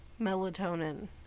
melatonin